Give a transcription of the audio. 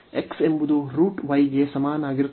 x ಎಂಬುದು ಗೆ ಸಮಾನವಾಗಿರುತ್ತದೆ